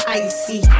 icy